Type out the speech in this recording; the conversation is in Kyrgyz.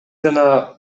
жана